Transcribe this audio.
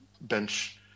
bench